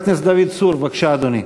חבר הכנסת דוד צור, בבקשה, אדוני.